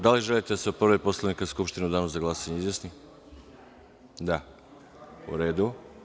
Da li želite da se po povredi Poslovnika Skupština u danu za glasanje izjasni? (Da.) U redu.